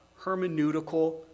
hermeneutical